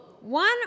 One